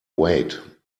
wait